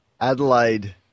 Adelaide